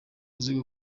uzi